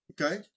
okay